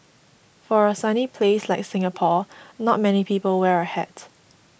for a sunny place like Singapore not many people wear a hat